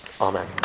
Amen